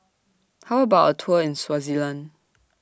How about A Tour in Swaziland